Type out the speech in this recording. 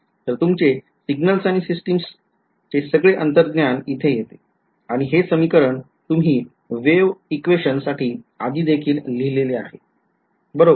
तर तुमचे सिग्नल्स आणि सिस्टिमचे सगळे अंतर्ज्ञान इथे येते आणि हे समीकरण तुम्ही वेव equation साठी आधी देखील लिहिले आहे बरोबर